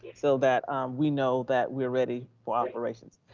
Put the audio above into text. so that we know that we're ready for operations.